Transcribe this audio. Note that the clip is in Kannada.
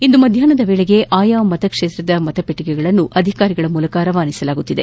ಇಂದು ಮದ್ಯಾಹ್ನದ ವೇಳೆಗೆ ಅಯಾ ಮತಕ್ಷೇತ್ರದ ಮತಪಟ್ಟಿಗೆಗಳನ್ನು ಅಧಿಕಾರಿಗಳ ಮೂಲಕ ರವಾನಿಸಲಾಗುತ್ತಿದೆ